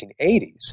1980s